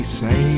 say